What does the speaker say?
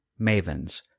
mavens